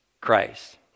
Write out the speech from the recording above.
Christ